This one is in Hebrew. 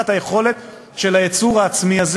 שתהיה לך היכולת של הייצור העצמי הזה.